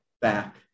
back